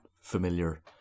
familiar